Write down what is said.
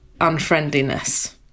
unfriendliness